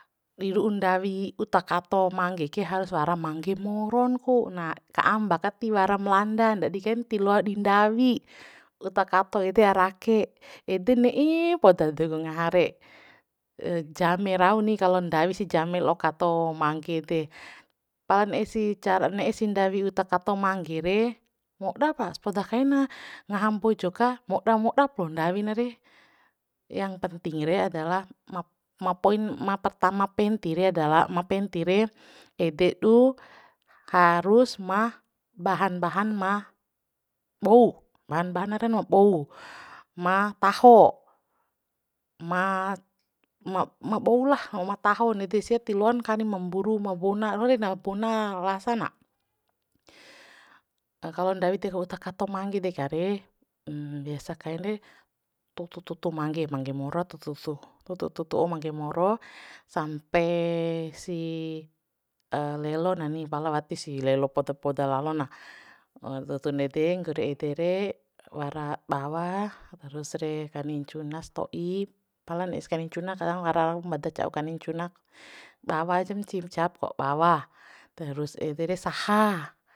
Di ru'u ndawi uta kato mangge ke harus wara mangge moron ku na ka amba ka tiwaram landa ndadi kain ti loa di ndawi uta kato ede ara ake ede ne'e poda de ku ngaha re jame raun ni kalo ndawi sih jame la'o kato mangge de pala ne'esih cara ne'e sih ndawi uta kato mangge re moda pa sapoda kaina ngaha mbojo ka moda moda po ndawi na re yang penting re adalah ma ma poin ma pertama penti re adalah ma penti re ede du harus ma bahan bahan ma bou bahan bahan na ren ma bou ma taho ma ma bou lah lao ma taho nede sia ti loan kani ma mburu ma bona doho re na bona rasa na kalo ndawi dekk uta kato mangge deka re biasa kain re tutu tutu mangge mangge moro tututu tutu tutu wau mangge moro sampe sih lelo na ni pala wati sih lelo poda poda lalo na tutu nede nggori ede re wara bawa terus re kani ncuna sto'i pala ne'es kani ncuna kadang wara rau ma daca'u kani ncuna bawa aja ncihip ncaop ko bawa terus ede re saha